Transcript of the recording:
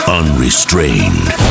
unrestrained